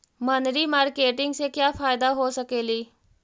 मनरी मारकेटिग से क्या फायदा हो सकेली?